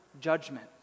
judgment